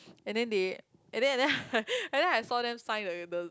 and then they and then and then and then I saw them sign like the